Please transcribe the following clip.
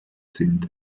sind